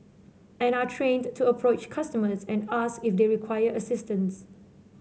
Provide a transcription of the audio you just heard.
and are trained to approach customers and ask if they require assistance